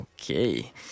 Okay